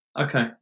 Okay